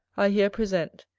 i here present,